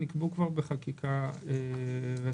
שנקבעו כבר בחקיקה ראשית.